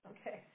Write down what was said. Okay